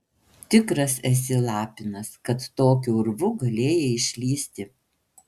tikras esi lapinas kad tokiu urvu galėjai išlįsti